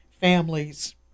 Families